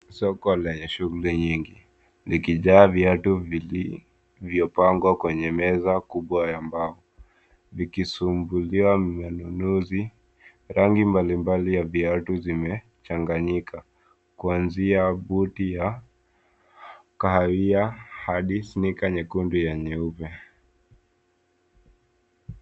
Soko lenye shuguli nyingi likijaa viatu vilivyopangwa kwenye meza kubwa ya mbao, vikisubiria mnunuzi. Rangi mbalimbali ya viatu zimechanganyika kuanzia buti ya kahawia hadi snika nyekundu ya nyeupe.